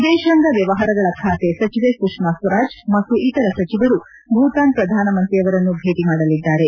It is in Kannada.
ವಿದೇಶಾಂಗ ಮ್ಲವಹಾರಗಳ ಖಾತೆ ಸಚಿವೆ ಸುಷ್ನಾ ಸ್ವರಾಜ್ ಮತ್ತು ಇತರ ಸಚಿವರು ಭೂತಾನ್ ಪ್ರಧಾನಮಂತ್ರಿಯವರನ್ನು ಭೇಟ ಮಾಡಲಿದ್ದಾರೆ